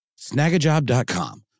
Snagajob.com